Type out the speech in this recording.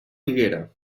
figuera